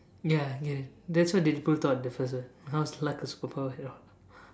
ya I get it that's why they thought of the first word how was like super power at all